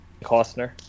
Costner